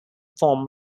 form